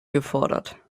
gefordert